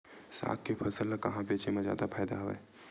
साग के फसल ल कहां बेचे म जादा फ़ायदा हवय?